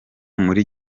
muri